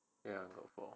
ya got for